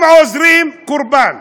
אם עוזרים, קורבן,